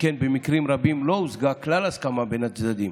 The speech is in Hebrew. שכן במקרים רבים לא הושגה כלל הסכמה בין הצדדים.